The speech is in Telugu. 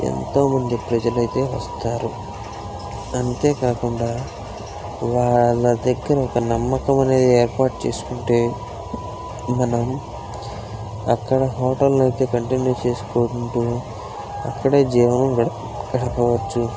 ఎంతోమంది ప్రజలు అయితే వస్తారు అంతే కాకుండా వాళ్ళ దగ్గర ఒక నమ్మకం అనేది ఏర్పాటు చేసుకుంటే మనం ఎక్కడ హోటల్ను అయితే కంటిన్యూ చేసుకుంటూ అక్కడే జీవనం గడపవచ్చు